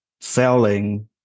selling